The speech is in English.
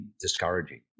discouraging